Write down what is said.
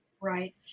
Right